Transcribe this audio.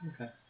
Okay